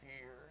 years